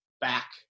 back